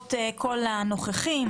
להערות כל הנוכחים,